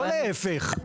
לא להיפך.